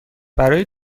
برای